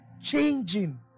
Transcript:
changing